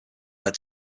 led